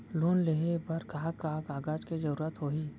Loan लेहे बर का का कागज के जरूरत होही?